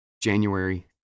January